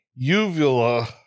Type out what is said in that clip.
Uvula